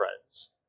friends